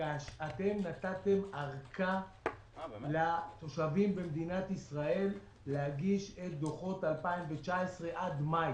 שאתם נתתם ארכה לתושבי מדינת ישראל להגיש את דוחות 2019 עד מאי.